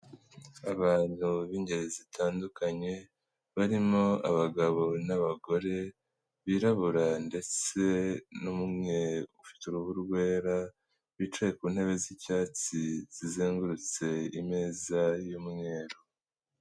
Abagabo b'ingeri zitandukanye, barimo abagabo n'abagore birabura ndetse n'umwe ufite uruhu rwera, bicaye ku ntebe z'icyatsi zizengurutse imeza y'umweru.